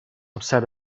upset